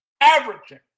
averaging